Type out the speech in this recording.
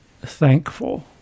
thankful